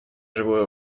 живое